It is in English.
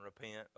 repent